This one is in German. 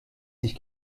sich